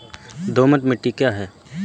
दोमट मिट्टी क्या है?